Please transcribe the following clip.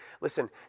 Listen